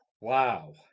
wow